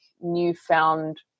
newfound